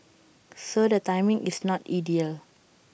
so the timing is not ideal